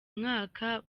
mwaka